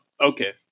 okay